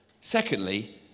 Secondly